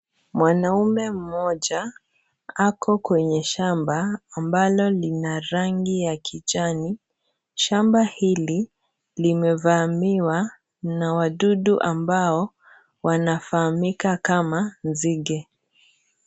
Mwanaume mmoja ako kwenye shamba ambalo lina rangi ya kijani. Shamba hili, limevamiwa na wadudu ambao wanafahamika kama nzige.